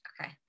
Okay